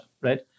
right